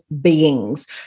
beings